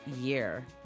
year